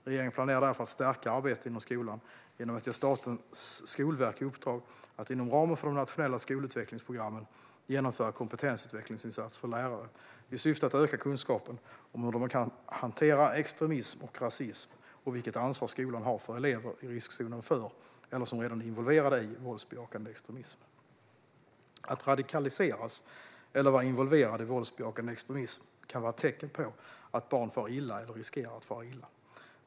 Regeringen planerar därför att stärka arbetet inom skolan genom att ge Statens skolverk i uppdrag att inom ramen för de nationella skolutvecklingsprogrammen genomföra kompetensutvecklingsinsatser för lärare i syfte att öka kunskapen om hur de kan hantera extremism och rasism och om vilket ansvar skolan har för elever som är i riskzonen för, eller som redan är involverade i, våldsbejakande extremism. Att någon radikaliseras eller är involverad i våldsbejakande extremism kan vara tecken på att barn far illa eller riskerar att fara illa.